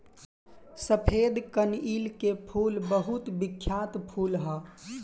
सफेद कनईल के फूल बहुत बिख्यात फूल ह